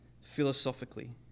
philosophically